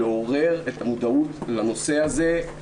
לעורר את המודעות לנושא הזה,